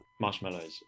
marshmallows